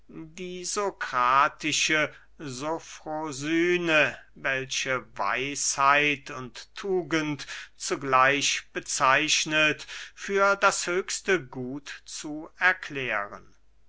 die sokratische sofrosyne welche weisheit und tugend zugleich bezeichnet für das höchste gut zu erklären